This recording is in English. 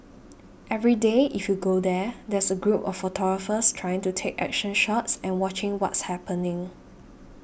every day if you go there there's a group of photographers trying to take action shots and watching what's happening